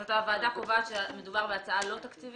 אז הוועדה קובעת שמדובר בהצעה לא תקציבית?